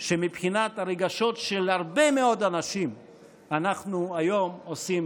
שמבחינת הרגשות של הרבה מאוד אנשים אנחנו עושים